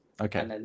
Okay